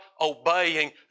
obeying